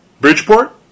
Bridgeport